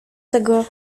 tego